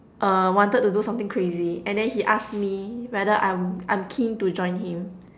err wanted to do something crazy and then he asked me whether I'm I'm keen to join him